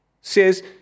says